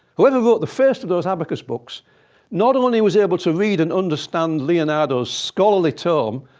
whoever wrote the first of those abacus books not only was able to read and understand leonardo's scholarly tome,